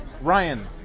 Ryan